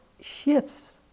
shifts